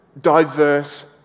diverse